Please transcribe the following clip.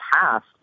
past